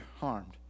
harmed